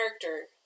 character